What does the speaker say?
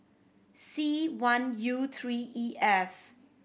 C one U three E F